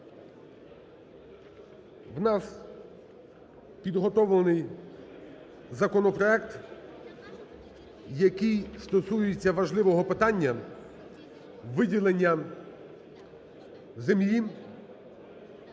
у нас підготовлений законопроект, який стосується важливого питання виділення землі